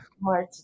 March